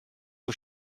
vos